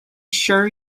sure